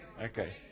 Okay